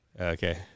Okay